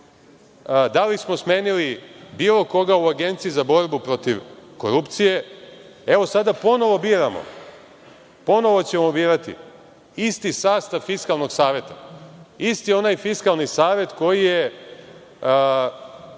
li smo smenili bilo koga u Agenciji za borbu protiv korupcije? Evo, sada ponovo biramo. Ponovo ćemo birati isti sastav Fiskalnog saveta, isti onaj Fiskalni savet koji je